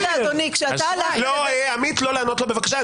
אדוני, כשאתה הלכת --- עמית, לא לענות לו בבקשה.